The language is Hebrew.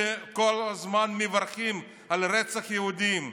שכל הזמן מברכים על רצח יהודים,